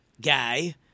guy